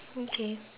okay